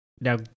Now